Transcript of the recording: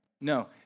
No